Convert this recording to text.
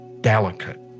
delicate